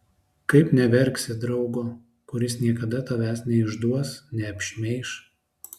kaip neverksi draugo kuris niekada tavęs neišduos neapšmeiš